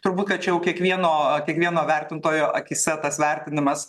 turbūt kad čia jau kiekvieno kiekvieno vertintojo akyse tas vertinimas